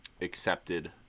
accepted